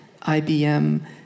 IBM